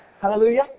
Hallelujah